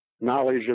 knowledge